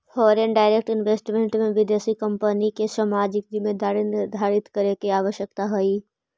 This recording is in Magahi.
फॉरेन डायरेक्ट इन्वेस्टमेंट में विदेशी कंपनिय के सामाजिक जिम्मेदारी निर्धारित करे के आवश्यकता हई